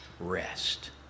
rest